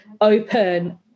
open